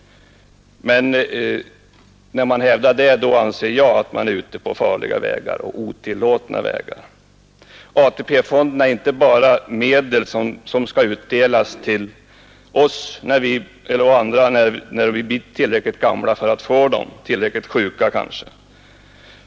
Men när man hävdar det anser jag att man är ute på farliga och otillåtna vägar. AP-fonderna är inte bara medel som skall utdelas till oss och andra när vi blir tillräckligt gamla eller kanske tillräckligt sjuka.